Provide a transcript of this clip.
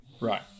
right